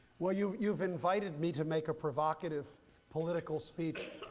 well, you've you've invited me to make a provocative political speech,